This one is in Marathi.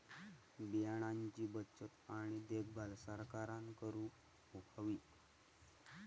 बियाणांची बचत आणि देखभाल सरकारना करूक हवी